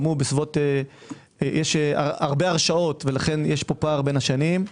גם הוא - יש הרבה הרשאות ולכן יש פער בין השנים.